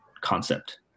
concept